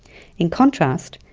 in contrast,